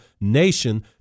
nation